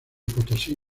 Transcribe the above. potosí